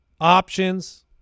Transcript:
options